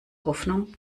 hoffnung